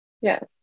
Yes